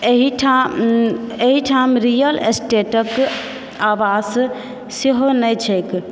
एहिठाम एहिठाम रियल स्टेटक आवास सेहो नहि छैक